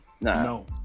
No